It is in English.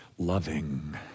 loving